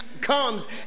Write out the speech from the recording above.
comes